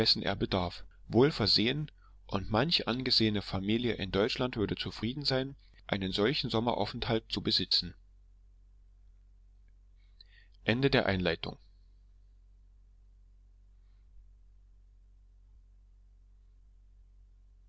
bedarf wohl versehen und manche angesehene familie in deutschland würde zufrieden sein einen solchen sommeraufenthalt zu besitzen